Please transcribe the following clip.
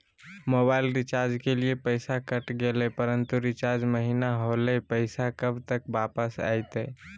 Mobile recharge के लिए पैसा कट गेलैय परंतु रिचार्ज महिना होलैय, पैसा कब तक वापस आयते?